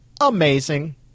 amazing